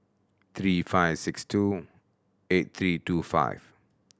three five six two eight three two five